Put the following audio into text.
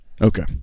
Okay